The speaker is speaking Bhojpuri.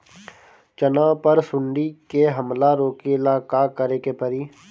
चना पर सुंडी के हमला रोके ला का करे के परी?